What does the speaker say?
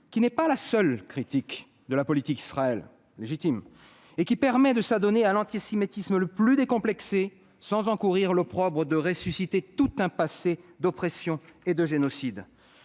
qui n'est pas la seule critique, légitime, de la politique d'Israël, mais qui permet de s'adonner à l'antisémitisme le plus décomplexé sans encourir l'opprobre de ressusciter tout un passé d'oppression et de génocide.